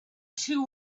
two